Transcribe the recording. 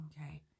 Okay